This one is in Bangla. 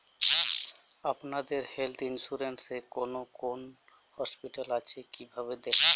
আপনাদের হেল্থ ইন্সুরেন্স এ কোন কোন হসপিটাল আছে কিভাবে দেখবো?